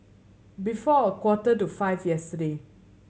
before a quarter to five yesterday